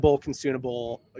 consumable